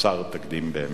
חסר תקדים באמת.